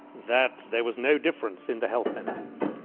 that there was no difference in the health benefits.